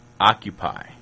Occupy